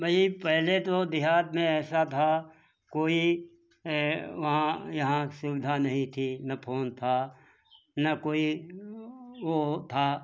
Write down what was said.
मैं ये पहले तो देहात में ऐसा था कोई वहां यहाँ सुविधा नहीं थी ना फोन था ना कोई वो था